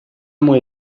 мой